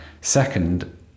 Second